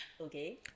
Okay